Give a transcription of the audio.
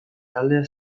taldea